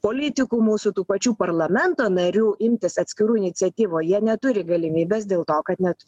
politikų mūsų tų pačių parlamento narių imtis atskirų iniciatyvo jie neturi galimybės dėl to kad net